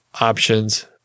options